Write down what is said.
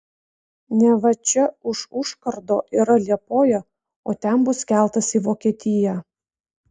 neva čia už užkardo yra liepoja o ten bus keltas į vokietiją